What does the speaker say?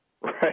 Right